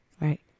Right